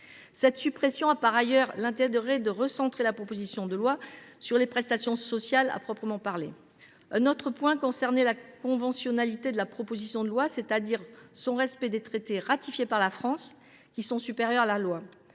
Cette suppression a par ailleurs l’intérêt de recentrer la proposition de loi sur les prestations sociales au sens strict. Un autre point concernait la conventionnalité de la proposition de loi, c’est à dire son respect des traités ratifiés par la France, qui ont un rang supérieur à la loi.